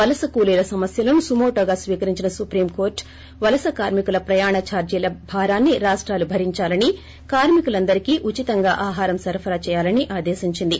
వలస కూలీల సమస్యలను సమోటోగా స్వీకరించిన సుప్రీం కోర్టు వలస కార్మికుల ప్రయాణ దార్టీల భారాన్ని రాష్టాలు భరిందాలని కార్మికులందరికీ ఉచితంగా ఆహారం సరఫరా చేయాలని ఆదేశించింది